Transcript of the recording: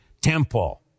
temple